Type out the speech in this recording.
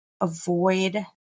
avoid